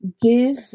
Give